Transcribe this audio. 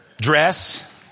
dress